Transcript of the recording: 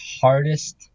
hardest